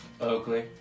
Oakley